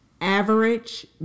average